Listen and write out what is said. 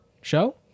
show